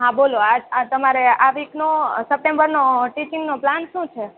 હા બોલો આ તમારે આ વીકનો સપ્ટેમ્બરનો પ્લાન શું છે